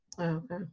Okay